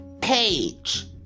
page